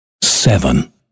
seven